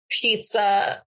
Pizza